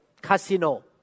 casino